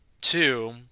Two